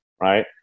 right